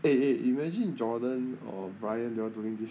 eh eh imagine jordan or brian they all doing this